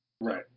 Right